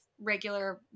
regular